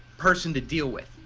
person to deal with.